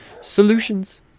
Solutions